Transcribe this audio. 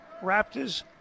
Raptors